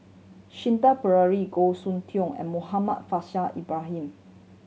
Shanti Pereira Goh Soon Tioe and Muhammad Faishal Ibrahim